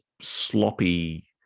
sloppy